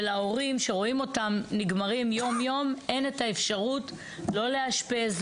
ולהורים שרואים אותן נגמרות יום-יום אין את האפשרות לא לאשפז,